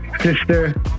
sister